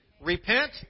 Repent